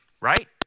right